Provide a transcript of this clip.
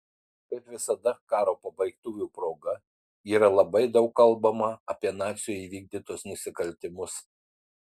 kaip visada karo pabaigtuvių proga yra labai daug kalbama apie nacių įvykdytus nusikaltimus